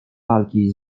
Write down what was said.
walki